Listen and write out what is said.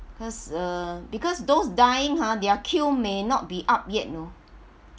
because uh because those dying ha their cure may not be out yet no